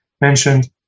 mentioned